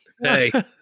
hey